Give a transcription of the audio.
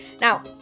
Now